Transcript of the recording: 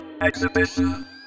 exhibition